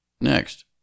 Next